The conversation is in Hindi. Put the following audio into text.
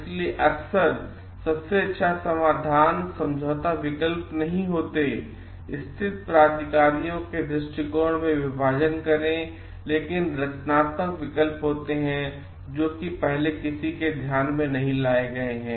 इसलिए अक्सर सबसे अच्छा समाधान समझौता विकल्प नहीं होते स्थित प्राधिकारियों के दृश्टिकोण में विभाजन करे लेकिन रचनात्मक विकल्प होते है कि जो कि पहले किसी के ध्यान में नहीं लाया गया है